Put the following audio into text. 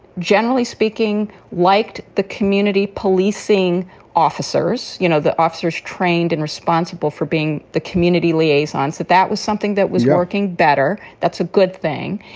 generally speaking, liked the community policing officers, you know, the officers trained and responsible for being the community liaison, that that was something that was working better. that's a good thing.